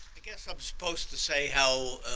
i guess i'm supposed to say how